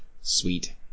Sweet